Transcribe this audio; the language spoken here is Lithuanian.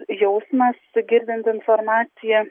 jausmas girdint informaciją